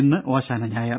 ഇന്ന് ഓശാന ഞായർ